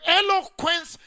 eloquence